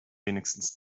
wenigstens